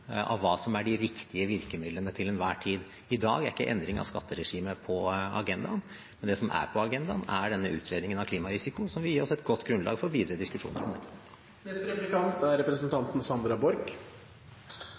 av hva som er de riktige virkemidlene til enhver tid. I dag er ikke endring av skatteregimet på agendaen, men det som er på agendaen, er denne utredningen av klimarisiko, som vil gi oss et godt grunnlag for videre